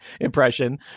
impression